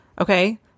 Okay